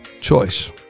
choice